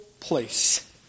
place